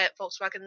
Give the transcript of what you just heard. Volkswagen